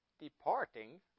departing